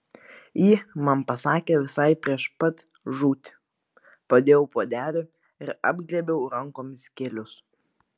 ji man pasakė visai prieš pat žūtį padėjau puodelį ir apglėbiau rankomis kelius